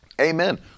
Amen